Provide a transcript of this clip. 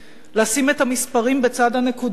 לשים את המספרים בצד הנקודות,